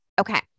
Okay